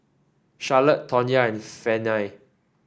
Charlotte Tonya and Fannye